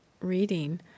reading